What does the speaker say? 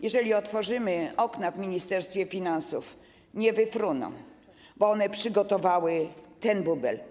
Jeżeli otworzymy okna w Ministerstwie Finansów, nie wyfruną, bo one przygotowały ten bubel.